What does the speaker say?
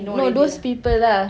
no those people lah